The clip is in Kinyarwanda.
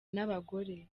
n’abagore